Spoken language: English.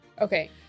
Okay